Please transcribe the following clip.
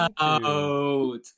out